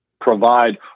provide